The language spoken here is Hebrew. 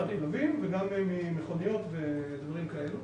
גם מכלבים וגם ממכוניות ודברים כאלה.